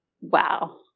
wow